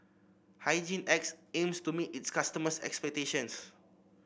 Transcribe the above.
Hygin X aims to meet its customers' expectations